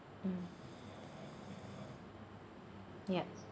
mm yup